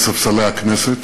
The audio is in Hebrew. לספסלי הכנסת,